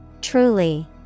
Truly